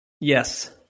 Yes